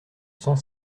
cent